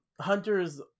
Hunter's